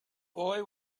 boy